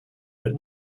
but